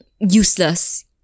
useless